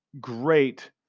great